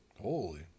Holy